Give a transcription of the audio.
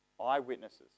eyewitnesses